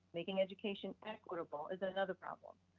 making education equitable is another problem.